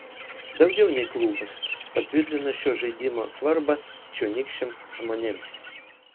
daugiau nei klubas patvirtina šio žaidimo svarbą čionykščiams žmonėms